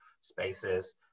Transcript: spaces